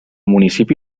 municipi